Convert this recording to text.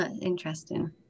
interesting